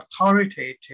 authoritative